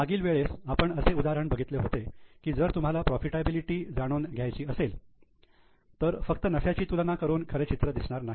मागील वेळेस आपण असे उदाहरण बघितले होते की जर तुम्हाला प्रोफिटाबिलिटी बद्दल जाणून घ्यायचे असेल तर फक्त नफ्याची तुलना करून खरे चित्र दिसणार नाही